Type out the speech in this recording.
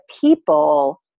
people